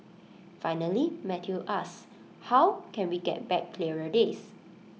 finally Matthew asks how can we get back clearer days